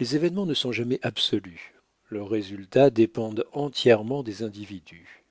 les événements ne sont jamais absolus leurs résultats dépendent entièrement des individus